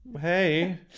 Hey